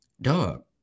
dog